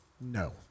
No